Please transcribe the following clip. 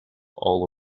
all